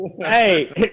Hey